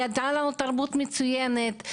הייתה לנו תרבות מצוינת.